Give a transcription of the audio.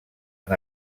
han